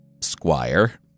squire